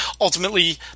ultimately